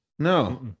No